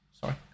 Sorry